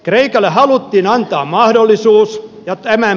grekelä haluttiin antaa mahdollisuus ja tämän